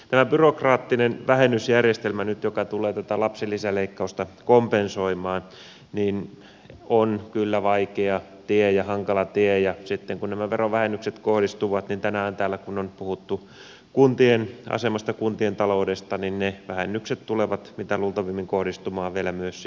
tämä byrokraattinen vähennysjärjestelmä nyt joka tulee tätä lapsilisäleikkausta kompensoimaan on kyllä vaikea tie ja hankala tie ja sitten nämä verovähennykset tänään täällä on puhuttu kuntien asemasta kun tien taloudesta tulevat vielä mitä luultavimmin myös kohdistumaan sinne